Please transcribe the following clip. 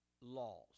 laws